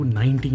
19